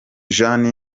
jane